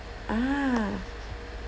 ah